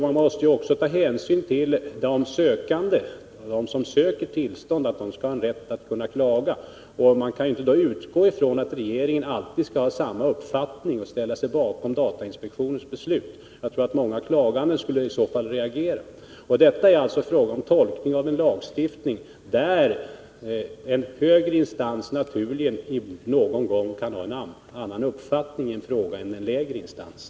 Man måste ju också ta hänsyn till dem som söker tillstånd — de skall ha en rätt att klaga — och man kan då inte utgå från att regeringen alltid skall ha samma uppfattning som datainspektionen och ställa sig bakom inspektionens beslut. Jag tror att många klagande i så fall skulle reagera. Det är alltså fråga om tolkning av en lagstiftning, där en högre instans naturligen någon gång kan ha en annan uppfattning i en fråga än den lägre instansen.